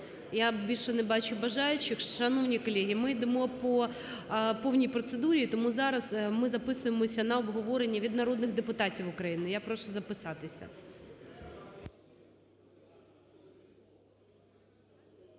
Я більше не бачу бажаючих. Шановні колеги, ми йдемо по повній процедурі, тому зараз ми записуємо на обговорення від народних депутатів України. Я прошу записатися.